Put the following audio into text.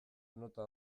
nota